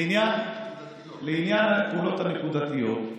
לעניין הפעולות הנקודתיות,